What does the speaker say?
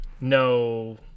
no